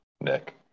Nick